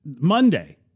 Monday